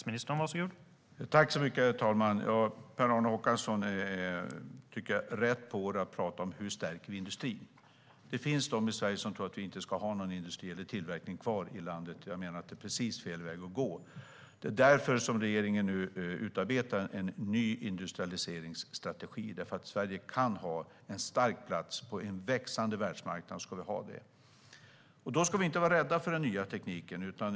Herr talman! Per-Arne Håkansson gör rätt i att tala om hur vi stärker industrin. Det finns de i Sverige som tror att vi inte ska ha någon industri eller tillverkning kvar i landet. Jag menar att det är helt fel väg att gå. Det är därför regeringen nu utarbetar en ny industrialiseringsstrategi. Sverige kan ha en stark plats på en växande världsmarknad. Vi ska ha det, och då ska vi inte vara rädda för den nya tekniken.